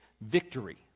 victory